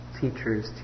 teachers